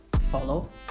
follow